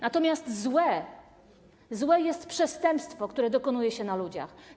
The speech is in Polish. Natomiast złe jest przestępstwo, którego dokonuje się na ludziach.